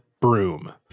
broom